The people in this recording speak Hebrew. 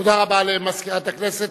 תודה רבה למזכירת הכנסת.